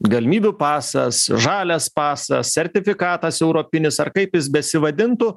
galimybių pasas žalias pasas sertifikatas europinis ar kaip jis besivadintų